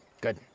good